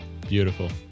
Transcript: Beautiful